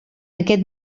aquest